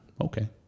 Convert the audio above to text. okay